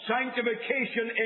Sanctification